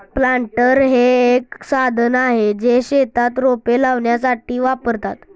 planter हे एक साधन आहे, जे शेतात रोपे लावण्यासाठी वापरतात